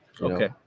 Okay